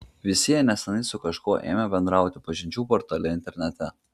visi jie neseniai su kažkuo ėmė bendrauti pažinčių portale internete